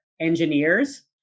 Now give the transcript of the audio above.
engineers